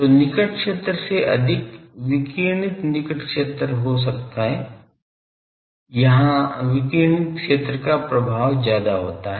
तो निकट क्षेत्र से अधिक विकिरणित निकट क्षेत्र हो होता है यहाँ विकिरणित क्षेत्र का प्रभाव ज्यादा होता है